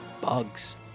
Bugs